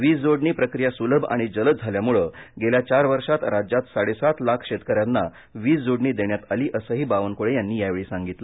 वीज जोडणी प्रक्रिया सुलभ आणि जलद झाल्यामुळं गेल्या चार वर्षात राज्यात साडे सात लाख शेतकऱ्यांना वीज जोडणी देण्यात आली असंही बावनकुळे यांनी यावेळी सांगितलं